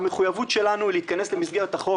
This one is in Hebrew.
המחויבות שלנו היא להתכנס למסגרת החוק